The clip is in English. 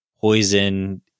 poison